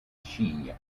shi